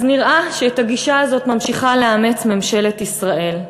אז נראה שאת הגישה הזאת ממשיכה לאמץ ממשלת ישראל,